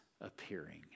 appearing